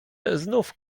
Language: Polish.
znów